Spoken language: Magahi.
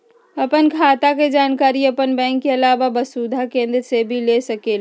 आपन खाता के जानकारी आपन बैंक के आलावा वसुधा केन्द्र से भी ले सकेलु?